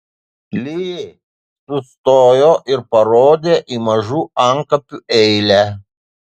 li sustojo ir parodė į mažų antkapių eilę